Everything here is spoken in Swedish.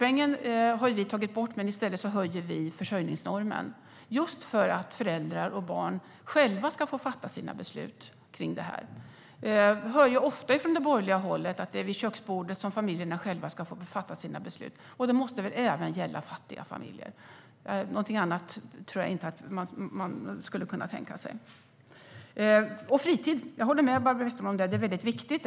Vi har tagit bort fritidspengen men höjer i stället försörjningsnormen, just för att föräldrar och barn själva ska få fatta beslut om det här. Vi hör ofta från de borgerliga att familjerna själva ska få fatta sina beslut kring köksbordet. Det måste väl även gälla fattiga familjer. Något annat tror jag inte att man skulle kunna tänka sig. Jag håller med Barbro Westerholm om att fritid är viktigt.